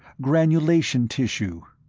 granulation tissue.